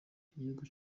igihugu